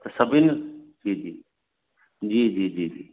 त सभिनि जी जी जी जी जी जी